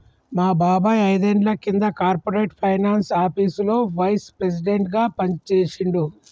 మా బాబాయ్ ఐదేండ్ల కింద కార్పొరేట్ ఫైనాన్స్ ఆపీసులో వైస్ ప్రెసిడెంట్గా పనిజేశిండు